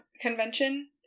convention